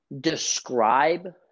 describe